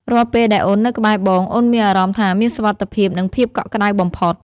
រាល់ពេលដែលអូននៅក្បែរបង អូនមានអារម្មណ៍ថាមានសុវត្ថិភាព និងភាពកក់ក្តៅបំផុត។